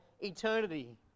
eternity